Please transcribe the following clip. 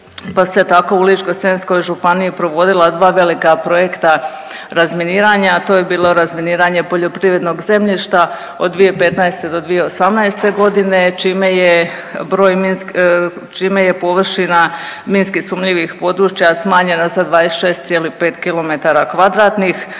pa se tako u Ličko-senjskoj županiji provodila dva velika projekta razminiranja, a to je bilo razminiranje poljoprivrednog zemljišta od 2015. do 2018. godine čime je površina minski-sumnjivih područja smanjena sa 26,5 km